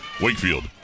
Wakefield